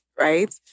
right